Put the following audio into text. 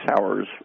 hours